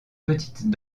petites